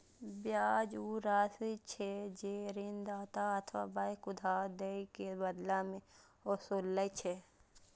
ब्याज ऊ राशि छियै, जे ऋणदाता अथवा बैंक उधार दए के बदला मे ओसूलै छै